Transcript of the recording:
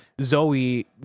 zoe